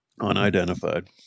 Unidentified